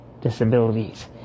disabilities